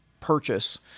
purchase